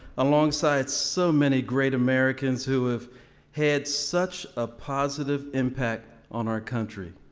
alongside so many great americans who have had such a positive impact on our country.